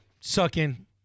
sucking